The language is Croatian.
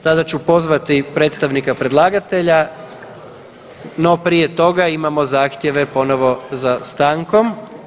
Sada ću pozvati predstavnika predlagatelja, no prije toga imamo zahtjeve ponovo za stankom.